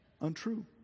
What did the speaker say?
untrue